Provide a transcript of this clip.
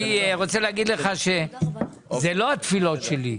אני רוצה להגיד לך שאלה לא התפילות שלי,